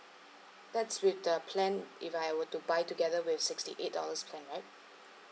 that's with the plan if I were to buy together with sixty eight dollars plan right